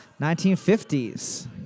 1950s